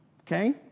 Okay